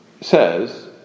says